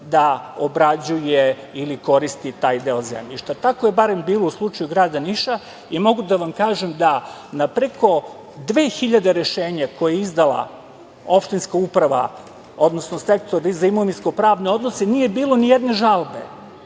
da obrađuje ili koristi taj deo zemljišta. Tako je barem bilo u slučaju grada Niša i mogu da vam kažem da na preko 2.000 rešenja koje je izdala opštinska uprava, odnosno sektor za imovinsko-pravne odnose, nije bilo ni jedne žalbe,